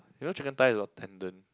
you know chicken thigh is got tendon